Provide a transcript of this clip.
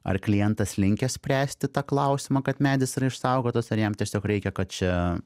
ar klientas linkęs spręsti tą klausimą kad medis yra išsaugotas ar jam tiesiog reikia kad čia